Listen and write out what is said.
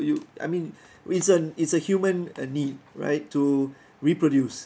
you I mean reason it's a human uh need right to reproduce